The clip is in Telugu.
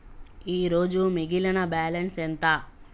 ఈరోజు మిగిలిన బ్యాలెన్స్ ఎంత?